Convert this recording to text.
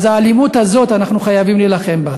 אז האלימות הזאת, אנחנו חייבים להילחם בה.